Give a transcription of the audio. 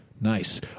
Nice